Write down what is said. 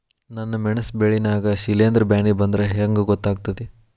ನನ್ ಮೆಣಸ್ ಬೆಳಿ ನಾಗ ಶಿಲೇಂಧ್ರ ಬ್ಯಾನಿ ಬಂದ್ರ ಹೆಂಗ್ ಗೋತಾಗ್ತೆತಿ?